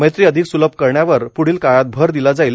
मैत्री अधिक स्लभ करण्यावर प्ढील काळात भर दिला जाईल